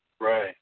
right